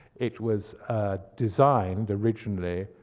it was designed, originally,